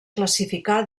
classificà